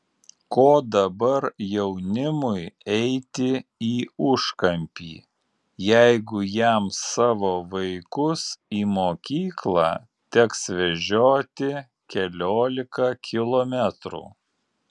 ko dabar jaunimui eiti į užkampį jeigu jam savo vaikus į mokyklą teks vežioti keliolika kilometrų